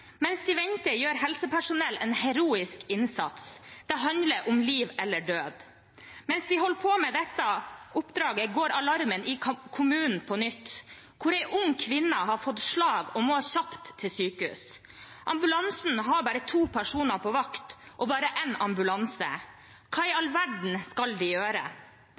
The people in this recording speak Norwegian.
Mens vi venter, gjør helsepersonell en heroisk innsats. Det handler om liv eller død. Mens de holder på med dette oppdraget, går alarmen i kommunen på nytt, en ung kvinne har fått slag og må kjapt til sykehus. Ambulansen har bare to personer på vakt og bare en ambulanse. Hva i all verden skal de gjøre?